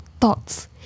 thoughts